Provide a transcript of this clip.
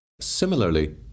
Similarly